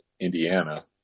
Indiana